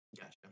Gotcha